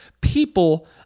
people